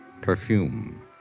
Perfume